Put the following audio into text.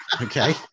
okay